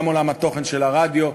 גם עולם התוכן של הרדיו,